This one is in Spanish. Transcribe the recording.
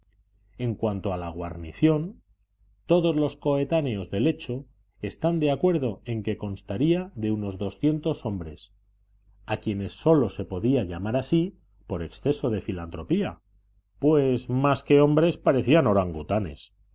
en cuanto a la guarnición todos los coetáneos del hecho están de acuerdo en que constaría de unos doscientos hombres a quienes sólo se podía llamar así por exceso de filantropía pues más que hombres parecían orangutanes